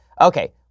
Okay